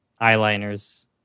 eyeliners